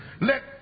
Let